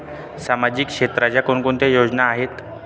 सामाजिक क्षेत्राच्या कोणकोणत्या योजना आहेत?